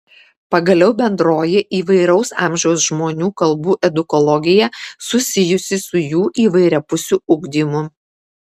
pagaliau bendroji įvairaus amžiaus žmonių kalbų edukologija susijusi su jų įvairiapusiu ugdymu